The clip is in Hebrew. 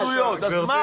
יש לך עדויות, אז מה?